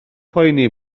poeni